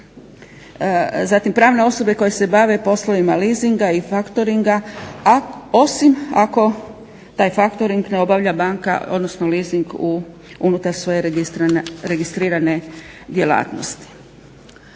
Zatim pravne osobe koje se bave poslovima leasinga i faktoringa, a osim ako taj faktoring ne obavlja banka, odnosno leasing unutar svoje registrirane djelatnosti.